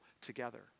together